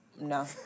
No